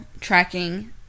tracking